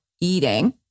eating